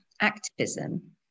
activism